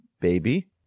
baby